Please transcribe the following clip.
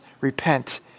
repent